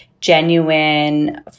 genuine